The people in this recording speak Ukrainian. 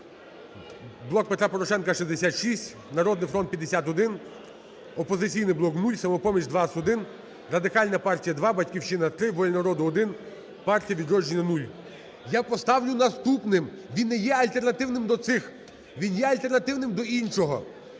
"Блок Петра Порошенка" – 66, "Народний фронт" – 51, "Опозиційний блок" – 0, "Самопоміч" – 21, Радикальна партія – 2, "Батьківщина" – 3, "Воля народу" – 1, "Партія "Відродження" – 0. Я поставлю наступним. Він не є альтернативним до цих. Він є альтернативним до іншого.